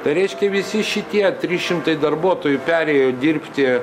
tai reiškia visi šitie trys šimtai darbuotojų perėjo dirbti